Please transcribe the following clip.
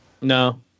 No